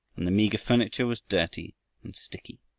and the meager furniture was dirty and sticky.